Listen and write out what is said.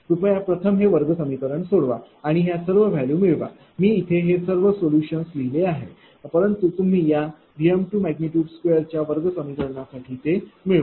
कृपया प्रथम हे वर्ग समीकरण सोडवा आणि ह्या सर्व वैल्यू मिळवा मी इथे हे सर्व सोल्यूशन लिहित आहे परंतु तुम्ही या Vm22 च्या वर्ग समीकरनासाठी ते सर्व मिळवा